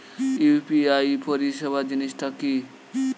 UPI পরিসেবা জিনিসটা কি?